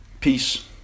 peace